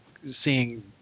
seeing